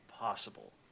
Possible